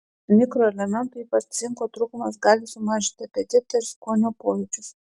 mikroelementų ypač cinko trūkumas gali sumažinti apetitą ir skonio pojūčius